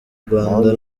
rwanda